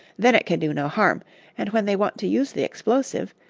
then it can do no harm and when they want to use the explosive,